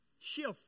shift